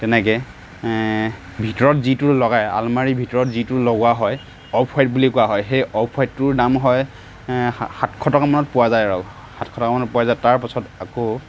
তেনেকৈ ভিতৰত যিটো লগায় অলমাৰীৰ ভিতৰত যিটো লগোৱা হয় অফ হোৱাইত বুলি কোৱা হয় সেই অফ হোৱাইটোৰ নাম হয় সাত সাতশ টকা মানত পোৱা যায় আৰু সাতশ টকা মানত পোৱা যায় তাৰপাছত আকৌ